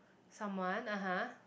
someone (aha)